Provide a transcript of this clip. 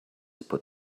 put